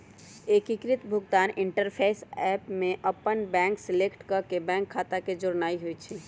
एकीकृत भुगतान interface app में अप्पन बैंक सेलेक्ट क के बैंक खता के जोड़नाइ होइ छइ